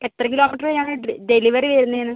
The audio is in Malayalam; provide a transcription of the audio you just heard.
എത്ര കിലോമീറ്റർ വരെ ആണ് ഡ് ഡെലിവറി വരുന്നതെന്ന്